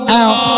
out